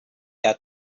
their